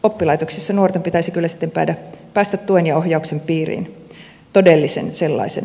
oppilaitoksissa nuorten pitäisi kyllä sitten päästä tuen ja ohjauksen piiriin todellisen sellaisen